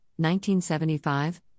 1975